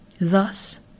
Thus